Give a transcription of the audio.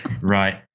Right